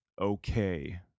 okay